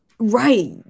Right